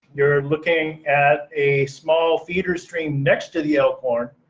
you're looking at a small feeder stream next to the elkhorn.